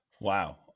Wow